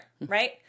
right